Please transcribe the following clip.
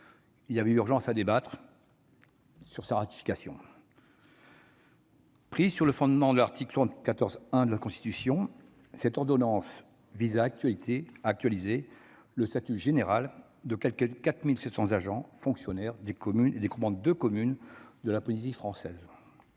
Il y avait donc urgence à débattre de sa ratification. Prise sur le fondement de l'article 74-1 de la Constitution, cette ordonnance vise à actualiser le statut général des quelque 4 700 agents des communes et des groupements de communes de la Polynésie française.